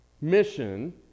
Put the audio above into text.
mission